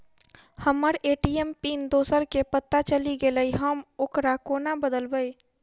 हम्मर ATM pin दोसर केँ पत्ता चलि गेलै, हम ओकरा कोना बदलबै?